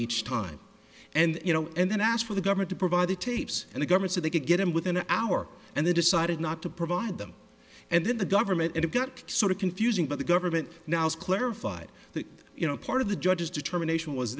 each time and you know and then asked for the government to provide the tapes and the government so they could get him within an hour and they decided not to provide them and then the government and it got sort of confusing but the government now has clarified that you know part of the judge's determination was